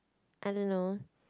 I don't know